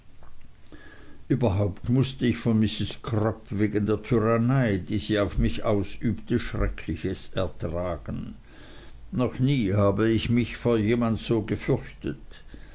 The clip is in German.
überhaupt mußte ich von mrs crupp wegen der tyrannei die sie auf mich ausübte schreckliches ertragen noch nie habe ich mich vor jemand so gefürchtet